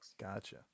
gotcha